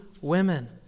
women